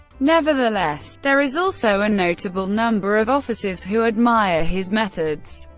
nevertheless, there is also a notable number of officers who admire his methods,